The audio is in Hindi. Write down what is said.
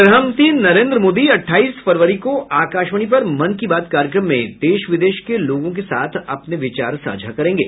प्रधानमंत्री नरेन्द्र मोदी अट्ठाईस फरवरी को आकाशवाणी पर मन की बात कार्यक्रम में देश विदेश के लोगों के साथ अपने विचार साझा करेंगे